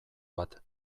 bat